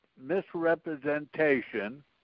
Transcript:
misrepresentation